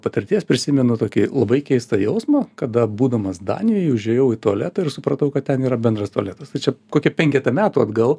patirties prisimenu tokį labai keistą jausmą kada būdamas danijoj užėjau į tualetą ir supratau kad ten yra bendras tualetas ta čia kokį penketą metų atgal